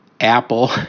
Apple